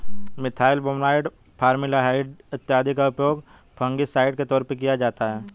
methyl bromide, formaldehyde इत्यादि का उपयोग फंगिसाइड के तौर पर किया जाता है